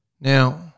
Now